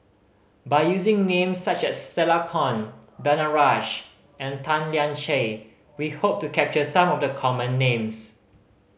by using names such as Stella Kon Danaraj and Tan Lian Chye We hope to capture some of the common names